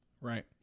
Right